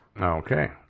Okay